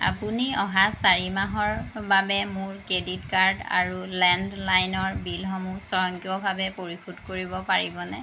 আপুনি অহা চাৰি মাহৰ বাবে মোৰ ক্ৰেডিট কাৰ্ড আৰু লেণ্ডলাইনৰ বিলসমূহ স্বয়ংক্ৰিয়ভাৱে পৰিশোধ কৰিব পাৰিবনে